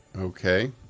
Okay